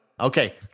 Okay